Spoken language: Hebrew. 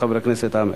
חבר הכנסת עמאר.